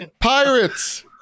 Pirates